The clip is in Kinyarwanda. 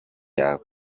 yawe